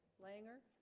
langer